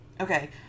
Okay